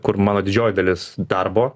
kur mano didžioji dalis darbo